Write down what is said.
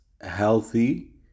healthy